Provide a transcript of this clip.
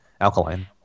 alkaline